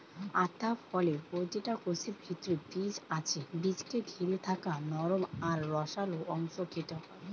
আতা ফলের প্রতিটা কোষের ভিতরে বীজ আছে বীজকে ঘিরে থাকা নরম আর রসালো অংশ খেতে হয়